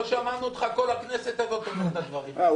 לא שמענו אותך אומר את הדברים האלה על הכנסת הזאת.